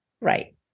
right